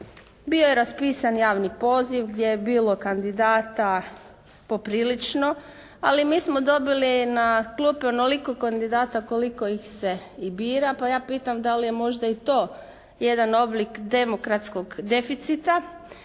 bio je raspisan javni poziv gdje je bilo kandidata poprilično, ali mi smo dobili na klube onoliko kandidata koliko ih se i bira, pa ja pitam da li je možda i to jedan oblik demokratskog deficita